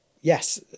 yes